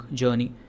journey